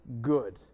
good